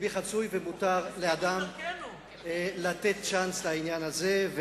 ומותר לאדם לתת צ'אנס לעניין הזה.